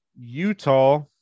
Utah